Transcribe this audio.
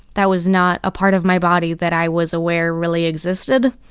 that was not a part of my body that i was aware really existed.